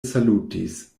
salutis